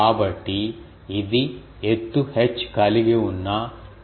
కాబట్టి ఇది ఎత్తు h కలిగివున్న మోనోపోల్ యాంటెన్నా అంటారు